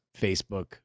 Facebook